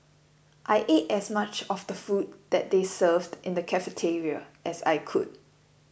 I ate as much of the food that they served in the cafeteria as I could